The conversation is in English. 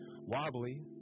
Wobbly